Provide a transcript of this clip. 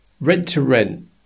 rent-to-rent